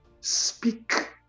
speak